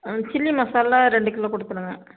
ம் சில்லி மசாலா ரெண்டு கிலோ கொடுத்துருங்க